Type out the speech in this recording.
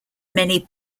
many